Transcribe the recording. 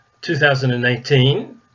2018